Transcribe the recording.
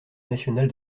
national